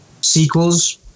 sequels